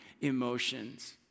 Emotions